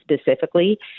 specifically